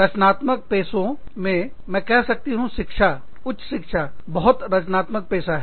रचनात्मक पेशो मे मैं कह सकती हूँ शिक्षा उच्च शिक्षा बहुत रचनात्मक पेशा है